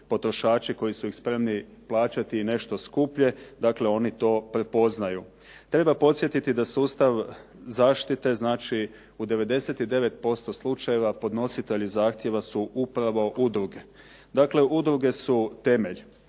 potrošači koji su ih spremni plaćati nešto skuplje, dakle oni to prepoznaju. Treba podsjetiti da sustav zaštite, znači u 99% slučajeva podnositelji zahtjeva su upravo udruge, dakle udruge su temelj.